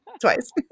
twice